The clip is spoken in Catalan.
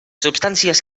substàncies